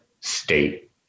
state